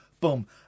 boom